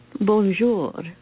Bonjour